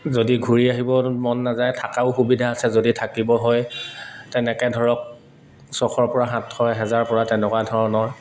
যদি ঘূৰি আহিব মন নাযায় থাকাও সুবিধা আছে যদি থাকিব হয় তেনেকে ধৰক ছশৰ পৰা সাতশ এহেজাৰ পৰা তেনেকুৱা ধৰণৰ